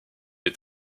est